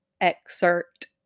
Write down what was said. excerpt